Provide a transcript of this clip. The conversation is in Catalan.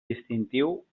distintiu